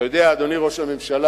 אתה יודע, אדוני ראש הממשלה,